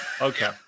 Okay